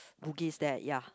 Bugis there ya